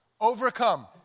Overcome